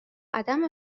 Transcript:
عدم